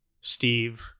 Steve